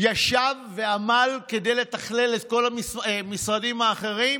ישב ועמל כדי לתכלל את כל המשרדים האחרים?